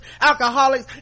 alcoholics